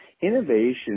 innovation